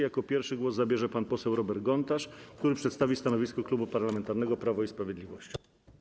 Jako pierwszy głos zabierze pan poseł Robert Gontarz, który przedstawi stanowisko Klubu Parlamentarnego Prawo i Sprawiedliwość.